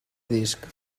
disc